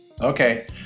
Okay